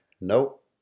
Nope